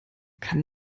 kann